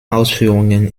ausführungen